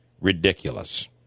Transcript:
ridiculous